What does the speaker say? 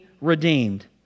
redeemed